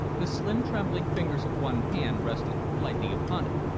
the slim trembling fingers of one hand rested lightly upon it,